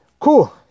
Cool